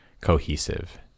cohesive